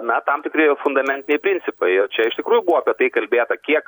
na tam tikri fundamentiniai principai ir čia iš tikrųjų buvo apie tai kalbėta kiek